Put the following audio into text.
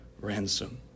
ransom